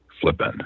flipping